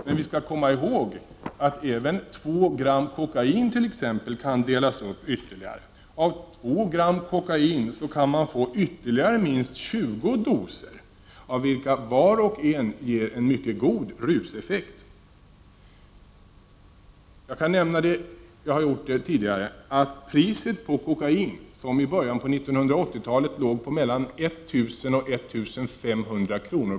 Men vi skall komma ihåg att även t.ex. 2 gram kokain kan delas upp ytterligare. Av 2 gram kokain kan man nämligen få ytterligare minst 20 doser, av vilka var och en ger en mycket god ruseffekt. Jag kan nämna att priset för kokain som i början av 1980-talet låg på 1 000-1 500 kr.